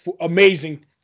amazing